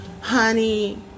honey